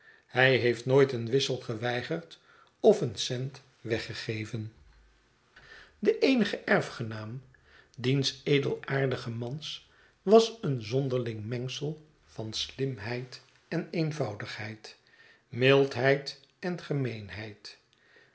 hij heeft nooit een wissel geweigerd of een cent weggegeven de eenige erfgenaam diens edelaardigen mans was een zonderling mengsel van slimheid en eenvoudigheid mildheid en gemeenheid